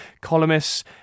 columnists